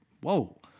whoa